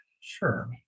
Sure